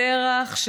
שרח,